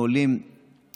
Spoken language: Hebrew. וזה עובר עם הערות